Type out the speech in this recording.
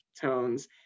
tones